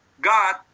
God